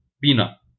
bina